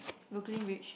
Brooklyn-Bridge